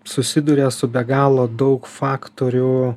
susiduria su be galo daug faktorių